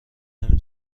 نمی